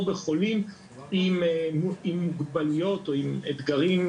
או בחולים עם מוגבלויות או עם אתגרים,